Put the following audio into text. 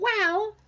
Wow